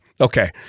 Okay